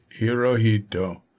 Hirohito